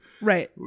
right